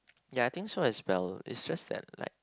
ya I think so as well it just that like